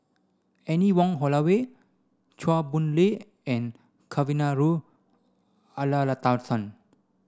Anne Wong Holloway Chua Boon Lay and Kavignareru